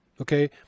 Okay